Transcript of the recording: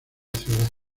ciudad